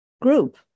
group